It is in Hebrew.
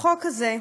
החוק הזה,